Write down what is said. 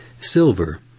silver